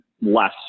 less